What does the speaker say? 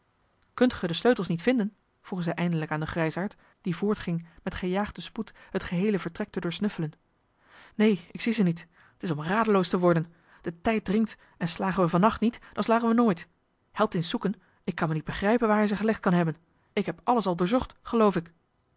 kunt ge de sleutels niet vinden vroegen zij eindelijk aan den grijsaard die voortging met gejaagden spoed het geheele vertrek te doorsnuffelen neen ik zie ze niet t is om radeloos te worden de tijd dringt en slagen we van nacht niet dan slagen we nooit helpt eens zoeken ik kan me niet begrijpen waar hij ze gelegd kan hebben ik heb alles al doorzocht geloof ik